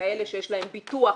כאלה שיש להם ביטוח,